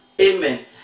Amen